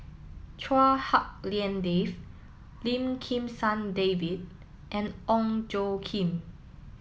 Chua Hak Lien Dave Lim Kim San David and Ong Tjoe Kim